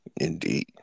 Indeed